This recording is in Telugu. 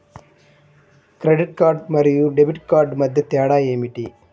క్రెడిట్ కార్డ్ మరియు డెబిట్ కార్డ్ మధ్య తేడా ఏమిటి?